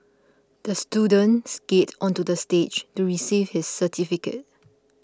the student skated onto the stage to receive his certificate